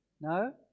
No